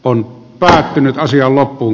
oli päätynyt asialla on